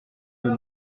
peu